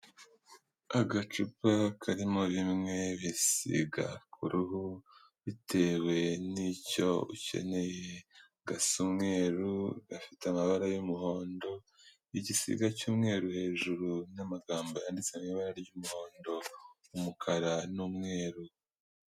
Agacupa karimo bimwe bisiga ku ruhu bitewe n'icyo ukeneye gasa umweru gafite amabara y'umuhondo, igisiga cy'umweru hejuru n'amagambo yanditse mu ibara ry'umuhondo, umukara n'umweru.